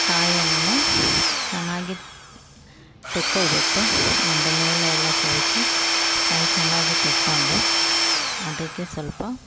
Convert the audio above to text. ಕಾಯನ್ನು ಚೆನ್ನಾಗಿ ತೆಕ್ಕೊಳ್ಬೇಕು ಒಂದು ಮೇಲೆ ಎಲ್ಲ ಸವೆಸಿ ಕಾಯಿ ಚೆನ್ನಾಗಿ ತೆಕ್ಕೊಂಡು ಅದಕ್ಕೆ ಸ್ವಲ್ಪ